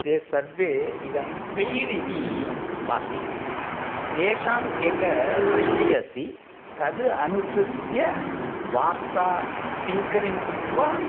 ते सर्वे इदानीं पेयिड् इति भाति तेषाम् एका दृष्टिः अस्ति तद् अनुसृत्य वार्तां टिङ्करिङ्ग् कृत्वा